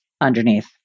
underneath